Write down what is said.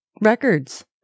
records